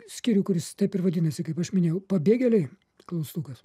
skyrių kuris taip ir vadinasi kaip aš minėjau pabėgėliai klaustukas